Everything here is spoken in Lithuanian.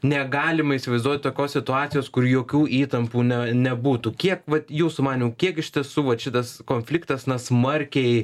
negalima įsivaizduoti tokios situacijos kur jokių įtampų na nebūtų kiek vat jūsų manymu kiek iš tiesų vat šitas konfliktas na smarkiai